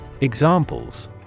Examples